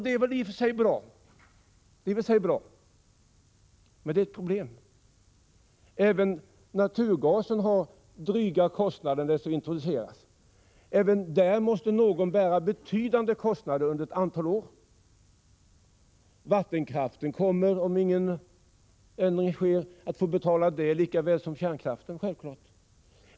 Det är i och för sig bra, men det finns ett problem. Även naturgasen förorsakar dryga kostnader när den skall introduceras, och någon måste bära dessa kostnader under ett antal år. Vattenkraften kommer, om ingen ändring sker, att få betala det lika väl som kärnkraften.